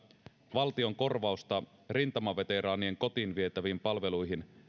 valtion korvausta rintamaveteraanien kotiin vietäviin palveluihin